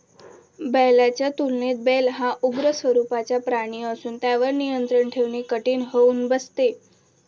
बैलाच्या तुलनेत बैल हा उग्र स्वरूपाचा प्राणी असून त्यावर नियंत्रण ठेवणे कठीण होऊन बसते